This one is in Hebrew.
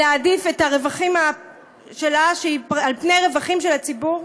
להעדיף את הרווחים שלה על פני רווחים של הציבור.